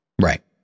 Right